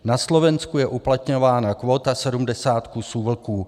Na Slovensku je uplatňována kvóta 70 kusů vlků.